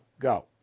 Go